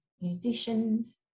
musicians